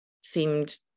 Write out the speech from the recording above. seemed